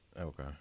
Okay